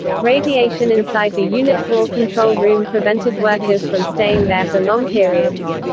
radiation inside the unit four control room prevented workers from staying there for long periods.